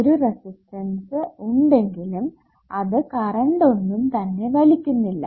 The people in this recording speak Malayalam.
ഒരു റെസിസ്റ്റൻസ് ഉണ്ടെങ്കിലും അത് കറണ്ട് ഒന്നും തന്നെ വലിക്കുന്നില്ല